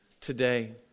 today